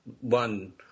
one